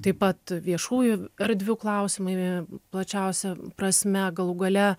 taip pat viešųjų erdvių klausimai plačiausia prasme galų gale